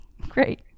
great